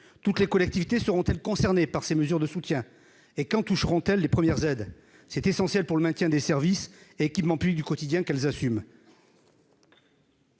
toutes les collectivités seront-elles concernées par ces mesures de soutien et quand toucherons tels les premières Z, c'est essentiel pour le maintien des services équipements publics du quotidien qu'elles assument.